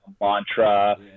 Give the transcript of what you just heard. mantra